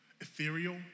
ethereal